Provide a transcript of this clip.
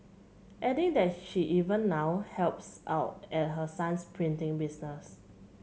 adding that she even now helps out at her son's printing business